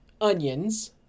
onions